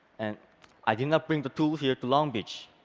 and i did not bring the tools here to long beach.